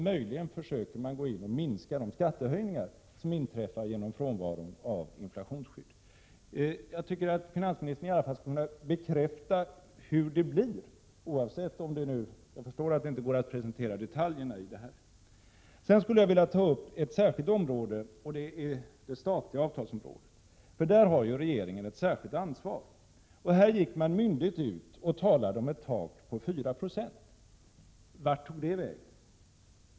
Möjligen försöker man minska de skattehöjningar som inträffar på grund av frånvaron av inflationsskydd. Jag tycker att finansministern i alla fall skulle kunna bekräfta hur det blir, även om det, som jag förstår, inte går att presentera detaljerna. Sedan skulle jag vilja ta upp ett speciellt område, det statliga avtalsområdet. Där har ju regeringen ett särskilt ansvar. Här gick man myndigt ut och och det ekonomiska läget talade om ett tak på 4 90. Vart tog det vägen?